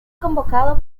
convocado